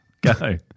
Go